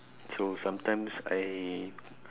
so sometimes I